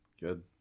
good